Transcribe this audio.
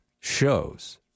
shows